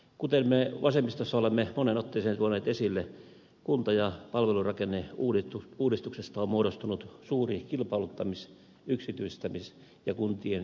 kuten me vasemmistossa olemme moneen otteeseen tuoneet esille kunta ja palvelurakenneuudistuksesta on muodostunut suuri kilpailuttamis yksityistämis ja kuntien yhdistämishanke